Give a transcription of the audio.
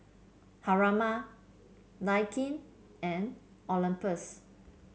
Haruma Naikin and Olympus